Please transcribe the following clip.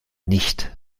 nicht